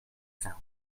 account